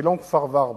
אשקלון כפר-ורבורג.